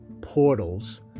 portals